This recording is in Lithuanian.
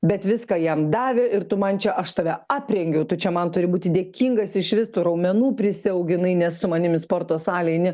bet viską jam davė ir tu man čia aš tave aprengiau tu čia man turi būti dėkingas išvis tų raumenų prisiauginai nes su manim į sporto salę eini